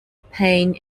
pain